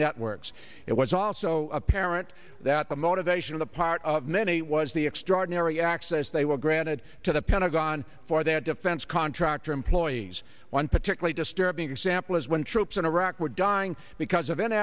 networks it was also apparent that the motivation of the part of many was the extraordinary access they were granted to the pentagon for their defense contractor employees one particularly disturbing example is when troops in iraq were dying because of an